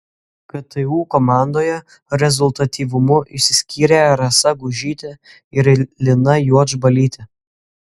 ktu komandoje rezultatyvumu išsiskyrė rasa gužytė ir lina juodžbalytė